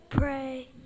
Pray